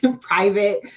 private